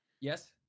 yes